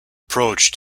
approach